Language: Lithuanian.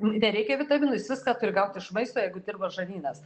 nereikia vitaminų jis viską turi gaut iš maisto jeigu dirba žarnynas